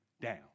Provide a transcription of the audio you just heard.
down